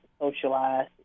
socialize